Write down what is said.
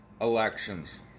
elections